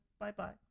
Bye-bye